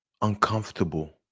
uncomfortable